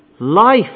life